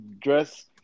dress